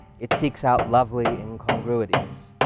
it seeks out lovely incongruities.